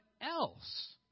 else